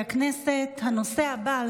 אחד נמנע.